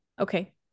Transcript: Okay